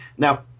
Now